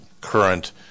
current